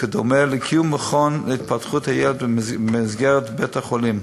וכדומה לקיום המכון להתפתחות הילד במסגרת בית-החולים.